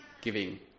giving